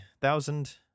thousand